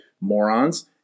morons